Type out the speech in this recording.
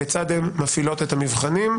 כיצד הם מפעילות את המבחנים.